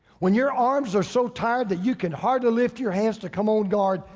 when your arms are so tired that you can hardly lift your hands to come on guard,